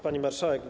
Pani Marszałek!